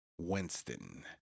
winston